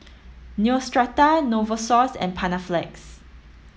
Neostrata Novosource and Panaflex